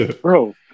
Bro